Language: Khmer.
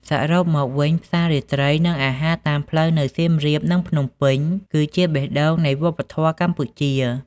សរុបមកវិញផ្សាររាត្រី និងអាហារតាមផ្លូវនៅសៀមរាប និងភ្នំពេញ គឺជាបេះដូងនៃវប្បធម៌កម្ពុជា។